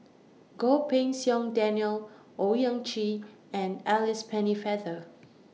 Goh Pei Siong Daniel Owyang Chi and Alice Pennefather